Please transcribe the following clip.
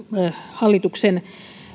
hallituksen